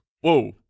Whoa